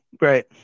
right